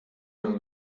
man